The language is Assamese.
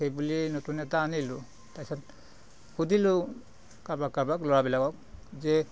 সেই বুলিয়ে নতুন এটা আনিলোঁ তাৰ পাছত সুধিলো কাৰোবাক কাৰোবাক ল'ৰাবিলাকক যে